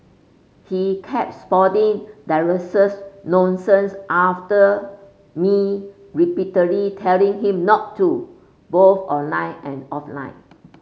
he kept spouting derisive nonsense after me repeatedly telling him not to both online and offline